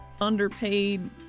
underpaid